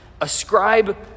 ascribe